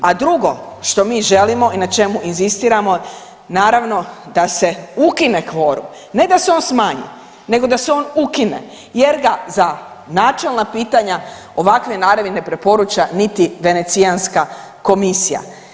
A drugo što mi želimo i na čemu inzistiramo naravno da se ukine kvorum, ne da se on smanji, nego da se on ukine jer ga za načelna pitanja ovakve naravi ne preporuča niti Venecijanska komisija.